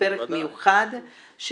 בפרק מיוחד,